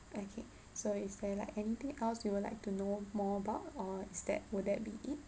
okay so is there like anything else you would like to know more about or is that will that be it